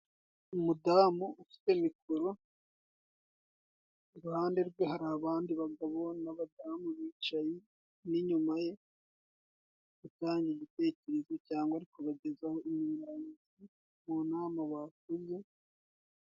Umudamu ufite mikoro iruhande rwe hari abandi bagabo n'abadamu bicaye nk'inyuma ye, ari gutanga igitekerezo cangwa ari kubagezaho inyunganizi mu nama bakoze.